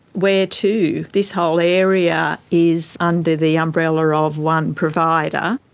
where to? this whole area is under the umbrella of one provider.